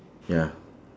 ya